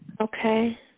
Okay